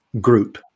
group